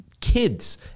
kids